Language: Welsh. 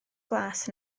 glas